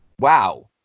Wow